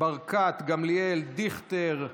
ניר ברקת, גילה גמליאל, אבי דיכטר,